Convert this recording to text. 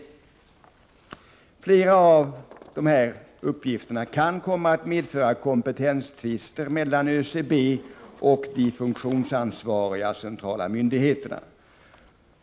dille bom. Flera av de här uppgifterna kan komma att medföra kompetenstvister mellan ÖCB och de funktionsansvariga centrala myndigheterna.